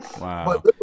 Wow